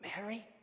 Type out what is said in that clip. Mary